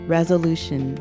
Resolution